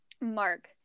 mark